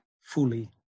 fully